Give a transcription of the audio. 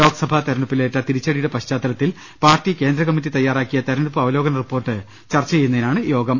ലോക്സഭാ തെരഞ്ഞെടുപ്പിലേറ്റ തിരിച്ചടിയുടെ പശ്ചാത്തല ത്തിൽ പാർട്ടി കേന്ദ്രകമ്മിറ്റി തയ്യാറാക്കിയ തെരഞ്ഞെടുപ്പ് അവലോകന റിപ്പോർട്ട് ചർച്ച ചെയ്യുന്നതിനാണ് യോഗം